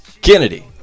Kennedy